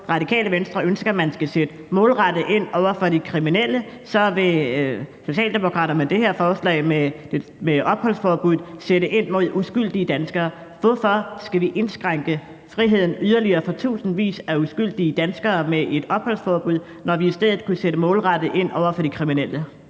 Radikale Venstre ønsker, at man skal sætte målrettet ind over for de kriminelle, vil Socialdemokraterne med det her forslag med opholdsforbuddet sætte ind mod uskyldige danskere. Hvorfor skal vi indskrænke friheden yderligere for tusindvis af uskyldige danskere med et opholdsforbud, når vi i stedet kunne sætte målrettet ind over for de kriminelle?